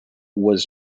was